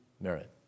merit